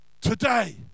today